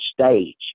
stage